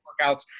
workouts